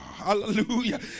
Hallelujah